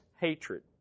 hatred